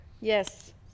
Yes